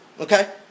okay